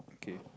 okay